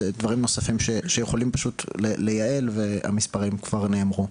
ודברים נוספים שיכולים פשוט לייעל והמספרים כבר נאמרו.